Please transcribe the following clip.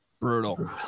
brutal